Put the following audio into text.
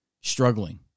struggling